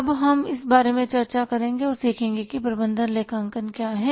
अब हम इस बारे में चर्चा करेंगे और सीखेंगे कि प्रबंधन लेखांकन क्या है